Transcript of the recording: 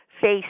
face